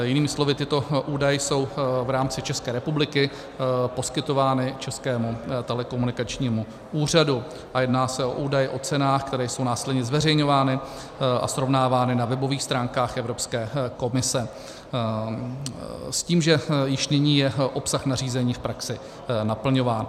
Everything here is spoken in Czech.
Jinými slovy, tyto údaje jsou v rámci České republiky poskytovány Českému telekomunikačnímu úřadu a jedná se o údaj o cenách, které jsou následně zveřejňovány a srovnávány na webových stránkách Evropské komise, s tím, že již nyní je obsah nařízení v praxi naplňován.